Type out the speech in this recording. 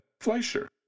Fleischer